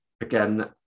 again